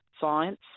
science